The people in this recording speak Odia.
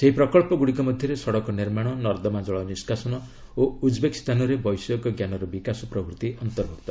ସେହି ପ୍ରକଳ୍ପ ଗୁଡ଼ିକ ମଧ୍ୟରେ ସଡ଼କ ନିର୍ମାଣ ନର୍ଦ୍ଦମା ଜଳ ନିଷ୍କାସନ ଓ ଉଜ୍ବେକିସ୍ତାନରେ ବୈଷୟିକ ଜ୍ଞାନର ବିକାଶ ଅନ୍ତର୍ଭୁକ୍ତ